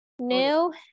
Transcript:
new